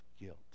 guilt